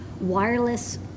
wireless